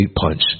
punch